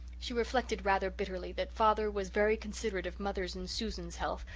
she reflected rather bitterly that father was very considerate of mother's and susan's health,